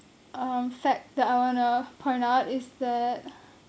um fact that I want to point out is that